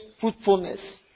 fruitfulness